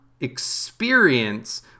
experience